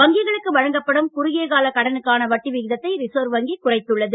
வங்கிகளுக்கு வழங்கப்படும் குறுகிய கால கடனுக்கான வட்டி விகிதத்தை ரிசர்வ் வங்கி குறைத்துள்ளது